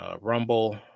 Rumble